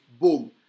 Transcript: Boom